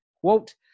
Quote